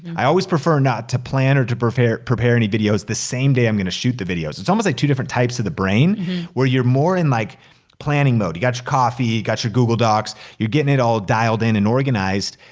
i always prefer not to plan or to prepare prepare any videos the same day i'm gonna shoot the videos. it's almost like two different types of the brain where you're more in like planning mode. you've got your coffee, you've got your google docs. you're getting it all dialed in and organized.